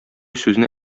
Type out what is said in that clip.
сүзне